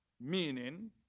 meaning